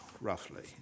roughly